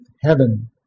heaven